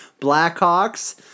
Blackhawks